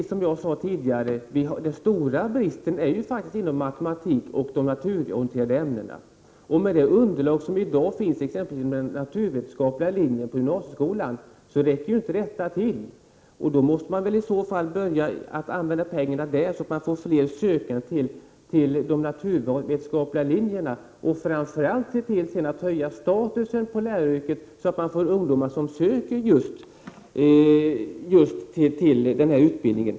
Som jag sade tidigare, finns den stora bristen inom matematiken och de naturorienterande ämnena, och det underlag som i dag finns exempelvis på den naturvetenskapliga linjen i gymnasieskolan räcker inte till. Då måste man väl börja använda pengarna till att få fler sökande till de naturvetenskapliga linjerna och sedan framför allt till att höja statusen hos läraryrket, så att man får ungdomar som söker till lärarutbildningen.